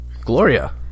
Gloria